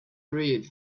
read